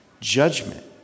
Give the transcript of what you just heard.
judgment